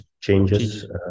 changes